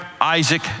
Isaac